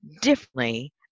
differently